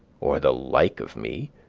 or the like of me.